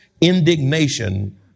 indignation